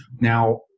Now